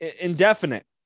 indefinite